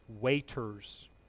waiters